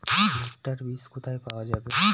ভুট্টার বিজ কোথায় পাওয়া যাবে?